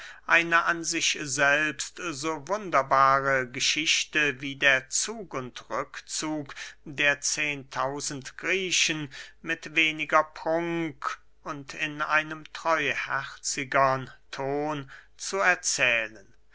eine an sich selbst so wunderbare geschichte wie der zug und rückzug der zehen tausend griechen mit weniger prunk und in einem treuherzigern ton zu erzählen